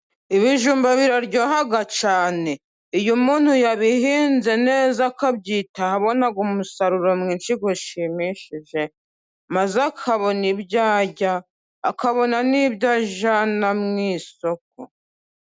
Ibijumba biraryoha cyane iyo umuntu yabihinze neza akabyitaho abona umusaruro mwinshi ushimishije, maze akabona ibyo arya akabona n'ibyo ajyana mu isoko.